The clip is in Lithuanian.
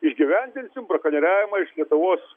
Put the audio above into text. išgyvendinsim brakonieriavimą iš lietuvos